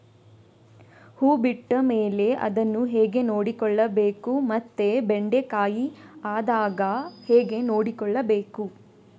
ಹೂ ಬಿಟ್ಟ ಮೇಲೆ ಅದನ್ನು ಹೇಗೆ ನೋಡಿಕೊಳ್ಳಬೇಕು ಮತ್ತೆ ಬೆಂಡೆ ಕಾಯಿ ಆದಾಗ ಹೇಗೆ ನೋಡಿಕೊಳ್ಳಬೇಕು?